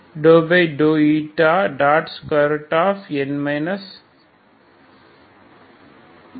u u ஆகும்